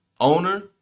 owner